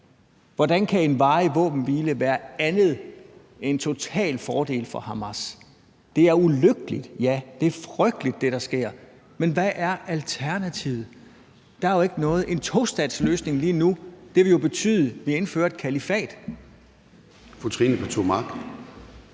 Hvordan kan en varig våbenhvile være andet end en total fordel for Hamas? Det, der sker, er ulykkeligt, ja, det er frygteligt, men hvad er alternativet? Der er jo ikke noget. En tostatsløsning lige nu ville jo betyde, at vi indførte et kalifat. Kl. 09:49 Formanden